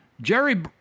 Jerry